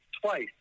twice